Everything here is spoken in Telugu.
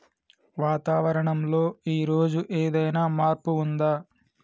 వాతావరణం లో ఈ రోజు ఏదైనా మార్పు ఉందా?